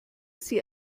sie